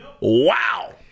Wow